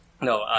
No